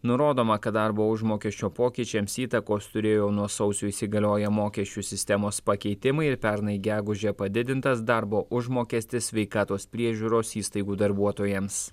nurodoma kad darbo užmokesčio pokyčiams įtakos turėjo nuo sausio įsigalioję mokesčių sistemos pakeitimai ir pernai gegužę padidintas darbo užmokestis sveikatos priežiūros įstaigų darbuotojams